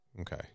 Okay